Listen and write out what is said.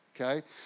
okay